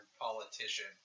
politician